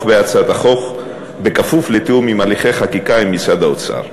בהצעת החוק בכפוף לתיאום הליכי חקיקה עם משרד האוצר.